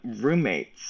roommates